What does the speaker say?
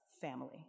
family